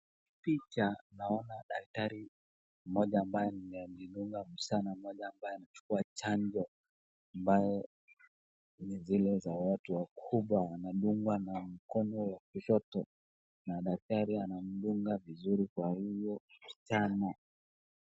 Picha, naona daktari mmoja ambaye anaye dunga msichana mmoja ambaye amechukua chanjo ambaye ni zile za watu wakubwa,, wanadungwa na mkono wa kushoto na daktari anamdunga vizuri kwa hivyo msichana.